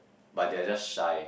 but they are just shy